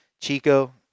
Chico